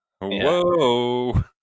whoa